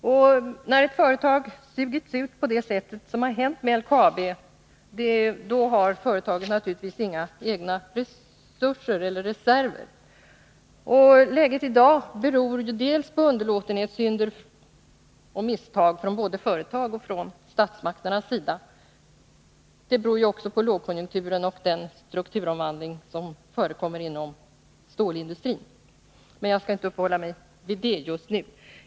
Måndagen den När ett företag sugits ut på det sätt som hänt med LKAB, då har företaget 22 mars 1982 naturligtvis inga egna resurser eller reserver. Läget i dag beror dels på underlåtenhetssynder och misstag både från företagets och från statsmakternas sida, dels på lågkonjunkturen och den strukturomvandling som förekommer inom stålindustrin. Men jag skall inte uppehålla mig vid det just nu.